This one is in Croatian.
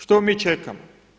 Što mi čekamo?